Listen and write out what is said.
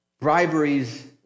briberies